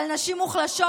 אבל נשים מוחלשות,